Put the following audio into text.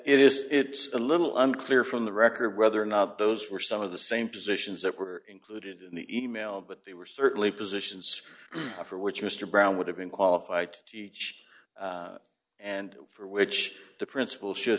it is it's a little unclear from the record whether or not those were some of the same positions that were included in the email but they were certainly positions for which mr brown would have been qualified to teach and for which the principal sho